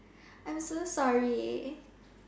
I'm so sorry